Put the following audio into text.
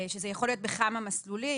שזה יכול להיות בכמה מסלולים,